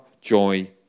joy